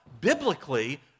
Biblically